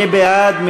מי בעד?